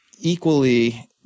equally